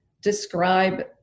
describe